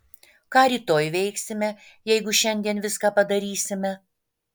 ką rytoj veiksime jeigu šiandien viską padarysime